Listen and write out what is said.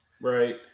Right